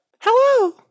Hello